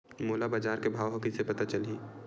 मोला बजार के भाव ह कइसे पता चलही?